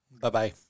Bye-bye